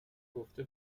گفته